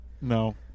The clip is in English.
no